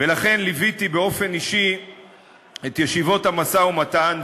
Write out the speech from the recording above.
ולכן ליוויתי באופן אישי את ישיבות המשא-ומתן.